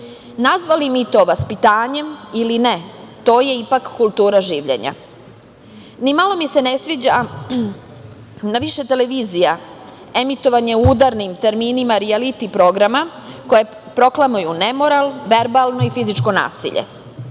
Nazvali mi to vaspitanjem ili ne, to je ipak kultura življenja. Nimalo mi se ne sviđa na više televizija emitovanje u udarnim terminima rijaliti programa koje proklamuju nemoral, verbalno i fizičko nasilje.